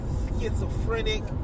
schizophrenic